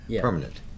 permanent